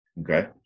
Okay